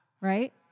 right